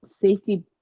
safety